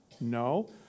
No